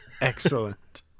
Excellent